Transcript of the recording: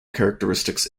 characteristics